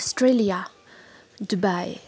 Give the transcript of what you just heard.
Australia Dubai